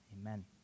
amen